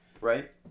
Right